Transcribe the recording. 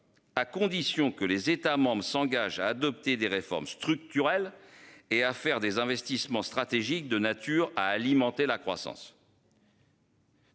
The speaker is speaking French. À condition que les États membres s'engagent à adopter des réformes structurelles et à faire des investissements stratégiques de nature à alimenter la croissance.